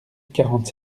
quarante